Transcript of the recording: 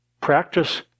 practice